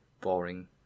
boring